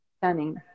stunning